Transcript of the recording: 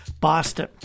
Boston